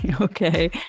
Okay